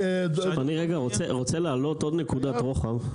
אני רגע רוצה להעלות עוד נקודת רוחב.